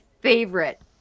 favorite